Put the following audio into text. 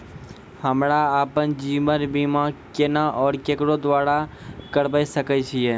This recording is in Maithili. हमरा आपन जीवन बीमा केना और केकरो द्वारा करबै सकै छिये?